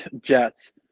Jets